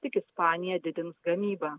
tik ispanija didins gamybą